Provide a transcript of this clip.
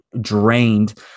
drained